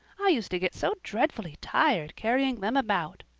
i used to get so dreadfully tired carrying them about.